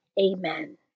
Amen